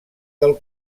del